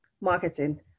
marketing